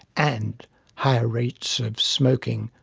and high rates of smoking,